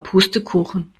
pustekuchen